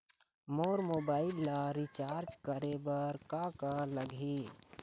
मोर mobile ला recharge करे बर का का लगही?